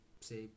say